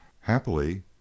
Happily